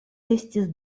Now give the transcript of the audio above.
estis